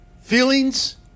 feelings